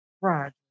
Right